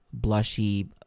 blushy